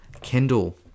Kendall